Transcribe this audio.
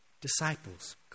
disciples